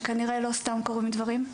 שכנראה לא סתם קורים לי דברים.